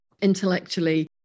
intellectually